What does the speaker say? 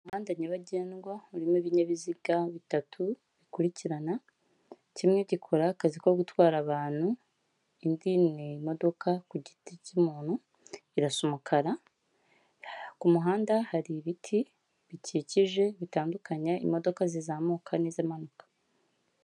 Umuhanda nyabagendwa urimo ibinyabiziga bitatu bikurikirana, kimwe gikora akazi ko gutwara abantu, indi ni imodoka ku giti cy'umuntu, irasa umukara, ku kumuhanda hari ibiti bikikije bitandukanye imodoka zizamuka n'izimanuka.